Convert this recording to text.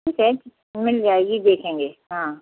ठीक है मिल जाएगी देखेंगे हाँ